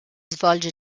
svolge